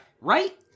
Right